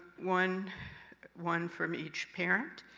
one one from each parent,